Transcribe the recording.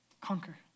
Conquer